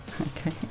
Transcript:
Okay